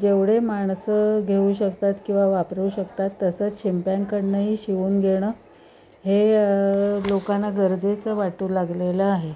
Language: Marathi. जेवढे माणसं घेऊ शकतात किंवा वापरू शकतात तसंच शिंप्यांकडूनही शिवून घेणं हे लोकांना गरजेचं वाटू लागलेलं आहे